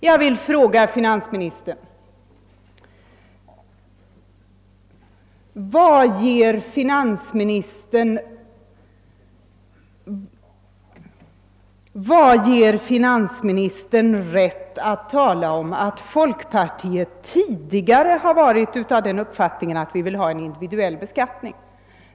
Jag vill fråga finansministern: Vad ger finanministern rätt att tala om att folkpartiet tidigare har varit av den uppfattningen att man vill ha en individuell beskattning?